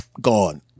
gone